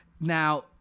Now